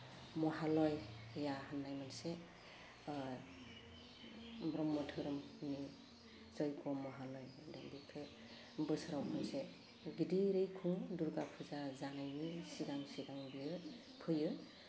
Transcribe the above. महालया होननाय मोनसे ब्रह्म दोहोरोमनि जय्ग' महालय होन्दों बेखो बोसोराव खनसे गिदिरै खुङो दुर्गा फुजा जानायनि सिगां सिगां बेयो फैयो